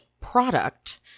product